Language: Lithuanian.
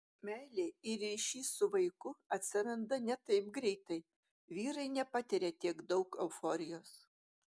meilė ir ryšys su vaiku atsiranda ne taip greitai vyrai nepatiria tiek daug euforijos